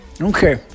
Okay